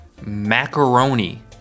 macaroni